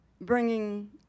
bringing